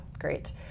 great